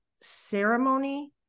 ceremony